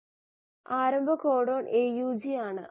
ആരംഭ codon AUG ആണ്